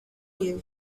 year